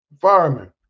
Fireman